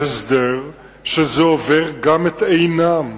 להסדר שזה עובר גם את עינה,